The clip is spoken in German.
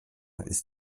ist